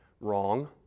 wrong